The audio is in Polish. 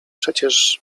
przecież